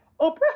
oprah